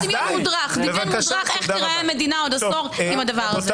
נעשה דמיון מודרך איך תיראה המדינה בעוד עשור עם הדבר הזה.